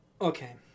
okay